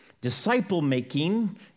Disciple-making